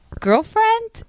girlfriend